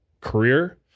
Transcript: career